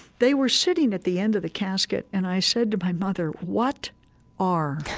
they were sitting at the end of the casket, and i said to my mother, what are